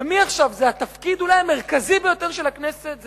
ומעכשיו התפקיד אולי המרכזי ביותר של הכנסת הוא